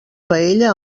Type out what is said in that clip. paella